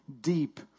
deep